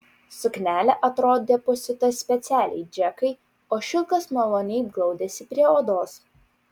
suknelė atrodė pasiūta specialiai džekai o šilkas maloniai glaudėsi prie odos